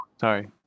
Sorry